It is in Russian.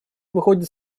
выходит